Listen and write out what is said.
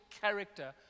character